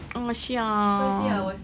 oh kasihan